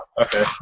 okay